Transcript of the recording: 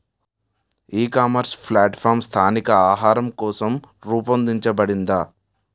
ఈ ecommerce platform స్థానిక ఆహారం కోసం రూపొందించబడిందా?